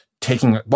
taking